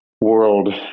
world